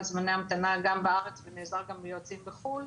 זמני המתנה גם בארץ ונעזר גם ביועצים בחו"ל,